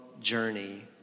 journey